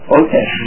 okay